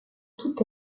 tout